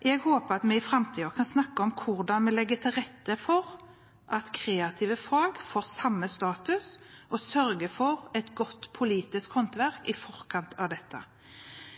Jeg håper at vi i framtiden kan snakke om hvordan vi legger til rette for at kreative fag får samme status og sørger for et godt politisk håndverk i forkant av dette.